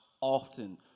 often